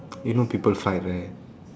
you know people fight right